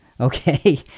Okay